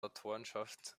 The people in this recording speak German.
autorenschaft